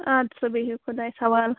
اَدٕ سا بِہِو خداییَس حَوالہٕ